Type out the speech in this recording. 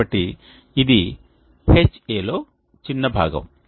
కాబట్టి ఇది Ha లో చిన్న భాగం